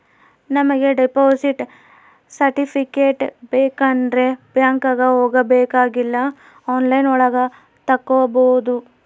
ನಮಿಗೆ deposit certificate ಬೇಕಂಡ್ರೆ ಬ್ಯಾಂಕ್ಗೆ ಹೋಬಾಕಾಗಿಲ್ಲ ಆನ್ಲೈನ್ ಒಳಗ ತಕ್ಕೊಬೋದು